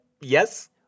yes